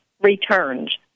returns